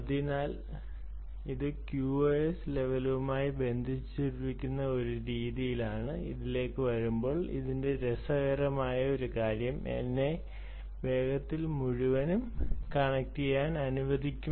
അതിനാൽ ഇത് QoS ലെവലുകളുമായി ബന്ധിപ്പിച്ചിട്ടുള്ള ഒരു രീതിയിലാണ് അതിലേക്ക് വരുമ്പോൾ അതിന്റെ രസകരമായ കാര്യം എന്നെ വേഗത്തിൽ മുഴുവൻ കണക്റ്റുചെയ്യാൻ അനുവദിക്കും